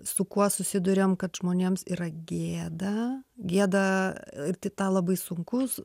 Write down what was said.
su kuo susiduriam kad žmonėms yra gėda gėda ir tai tą labai sunkus